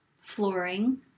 flooring